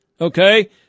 Okay